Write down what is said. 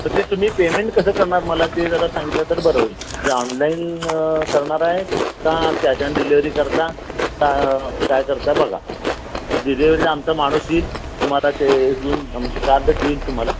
तर ते तुम्ही पेमेंट कसं करणार मला ते जरा सांगितलं तर बरं होईल जे ऑनलाईन करणारा आहे का कॅश ऑन डिलेवरी करता काय करता बघा डिलेवरी आमचा माणूस येईल तुम्हाला ते अजून आमचं कार्डच देईल तुम्हाला